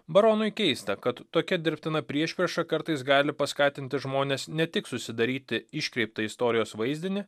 baronui keista kad tokia dirbtina priešprieša kartais gali paskatinti žmones ne tik susidaryti iškreiptą istorijos vaizdinį